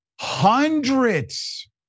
Hundreds